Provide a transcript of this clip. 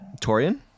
Torian